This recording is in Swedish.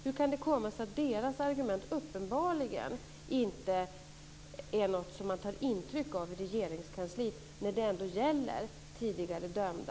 Hur kan det komma sig att deras argument uppenbarligen inte är något som man tar intryck av i Regeringskansliet när det ändå gäller tidigare dömda?